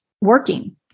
working